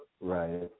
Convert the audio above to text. Right